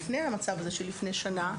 לפני המצב של לפני שנה,